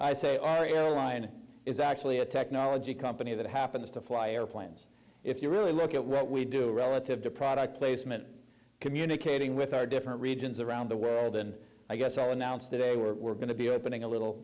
i say our airline is actually a technology company that happens to fly airplanes if you really look at what we do relative to product placement communicating with our different regions around the world and i guess i'll announce today we're going to be opening a little